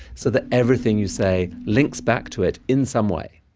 so that everything you say links back to it in some way.